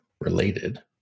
related